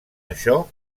això